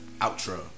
Outro